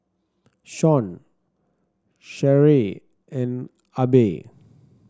Shawn Sherree and Abby